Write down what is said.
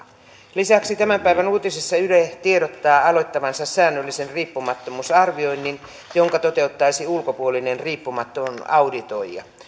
lisäksi tämän päivän uutisessa yle tiedottaa aloittavansa säännöllisen riippumattomuusarvioinnin jonka toteuttaisi ulkopuolinen riippumaton auditoija